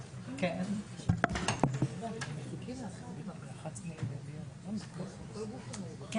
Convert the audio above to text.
09:49.